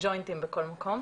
ג'וינטים בכל מקום.